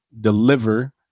deliver